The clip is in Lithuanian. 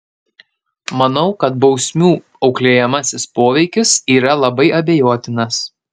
manau kad bausmių auklėjamasis poveikis yra labai abejotinas